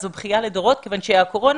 אז זו בכיה לדורות כיוון שהקורונה,